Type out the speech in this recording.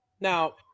Now